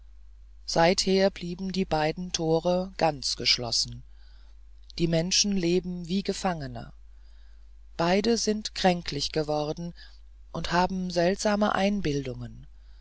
seither bleiben die beiden tore ganz geschlossen die menschen leben wie gefangene beide sind kränklich geworden und haben seltsame einbildungen